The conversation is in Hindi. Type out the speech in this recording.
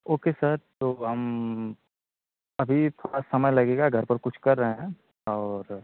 ओके सर तो हम अभी थोड़ा समय लगेगा घर पर कुछ कर रहे हैं और